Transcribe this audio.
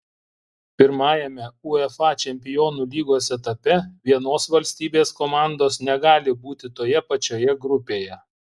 pirmajame uefa čempionų lygos etape vienos valstybės komandos negali būti toje pačioje grupėje